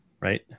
right